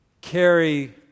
carry